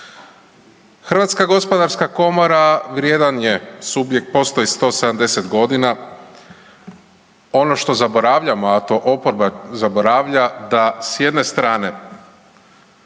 gotovo i nema. HGK vrijedan je subjekt, postoji 170 godina, ono što zaboravljamo, a to oporba zaboravlja da s jedne strane